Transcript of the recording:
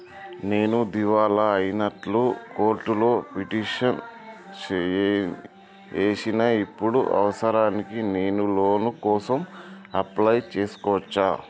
నేను దివాలా అయినట్లు కోర్టులో పిటిషన్ ఏశిన ఇప్పుడు అవసరానికి నేను లోన్ కోసం అప్లయ్ చేస్కోవచ్చా?